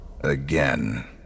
Again